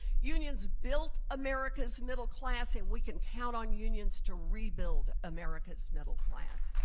unions built america's middle class and we can count on unions to rebuild america's middle class.